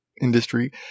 industry